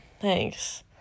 Thanks